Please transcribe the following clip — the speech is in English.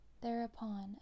Thereupon